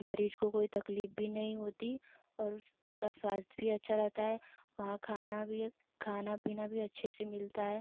मरीज़ को कोई तकलीफ़ भी नहीं होती और उस उनका स्वास्थ्य भी अच्छा रहता है वहाँ खाना भी खाना पीना भी अच्छे से मिलता है